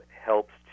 helps